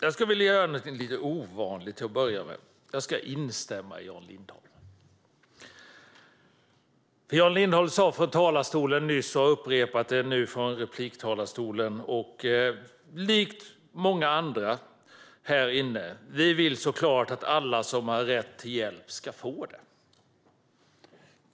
Jag ska göra något lite ovanligt och instämma med Jan Lindholm. Både i talarstolen och repliktalarstolen sa han, likt många andra här inne: Vi vill såklart att alla som har rätt till hjälp ska få det.